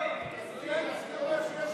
אין הסכם.